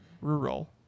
rural